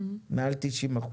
מעל 90%,